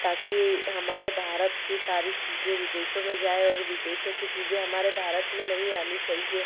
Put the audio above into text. ताकि हमारे भारत की सारी चीज़ें विदेशों में जाए और विदेशों की चीज़ें हमारे भारत में नहीं आनी चाहिए